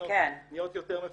התקנות נהיות יותר מפורטות.